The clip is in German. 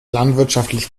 landwirtschaftlich